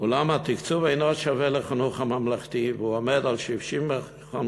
אולם התקצוב אינו שווה לחינוך הממלכתי והוא עומד על 35%